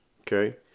okay